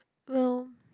well